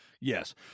Yes